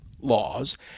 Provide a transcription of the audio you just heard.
laws